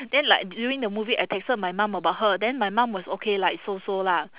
then like during the movie I texted my mum about her then my mum was okay like so so lah